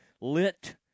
lit